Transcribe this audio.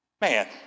Man